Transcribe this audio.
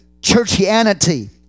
churchianity